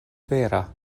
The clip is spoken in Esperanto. vera